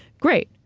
great.